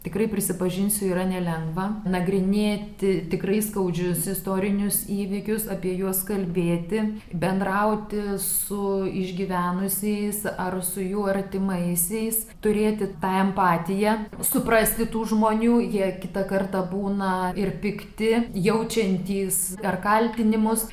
tikrai prisipažinsiu yra nelengva nagrinėti tikrai skaudžius istorinius įvykius apie juos kalbėti bendrauti su išgyvenusiais ar su jų artimaisiais turėti tą empatiją suprasti tų žmonių jie kitą kartą būna ir pikti jaučiantys ar kaltinimus